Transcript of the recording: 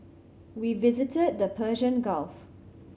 we visited the Persian Gulf